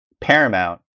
Paramount